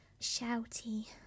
shouty